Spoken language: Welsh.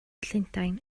llundain